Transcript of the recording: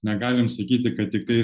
negalim sakyti kad tiktai